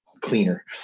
cleaner